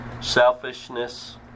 selfishness